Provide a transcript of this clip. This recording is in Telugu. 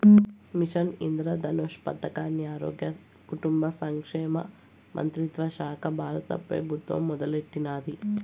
మిషన్ ఇంద్రధనుష్ పదకాన్ని ఆరోగ్య, కుటుంబ సంక్షేమ మంత్రిత్వశాక బారత పెబుత్వం మొదలెట్టినాది